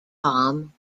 tom